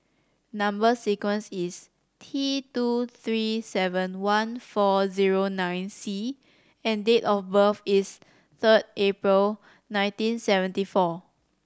number sequence is T two three seven one four zero nine C and date of birth is third April nineteen seventy four